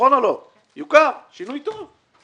שינוי טוב.